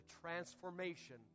transformation